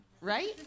right